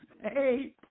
hey